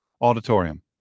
auditorium